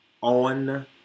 on